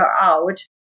out